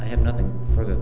i have nothing furthe